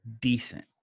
decent